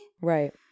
Right